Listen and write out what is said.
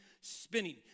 spinning